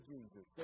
Jesus